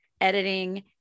editing